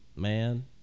man